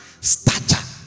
stature